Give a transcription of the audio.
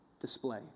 display